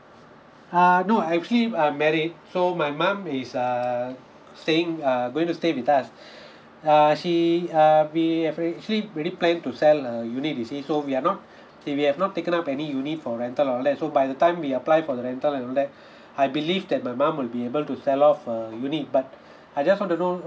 err no actually I'm married so my mum is err staying err going to stay with us uh she uh we have actually already plan to sell a unit is it so we are not if we have not taken up any unit for rental all that so by the time we apply for the rental and all that I believe that my mum will be able to sell off a unit but I just want to know